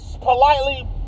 politely